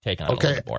Okay